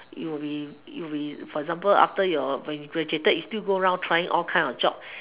you'll be you'll be for example after you graduated you'll stop go round to find all kinds of jobs